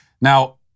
Now